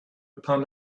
upon